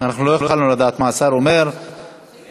אנחנו לא יכולנו לדעת מה השר אומר, חיליק.